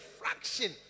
fraction